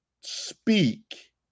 speak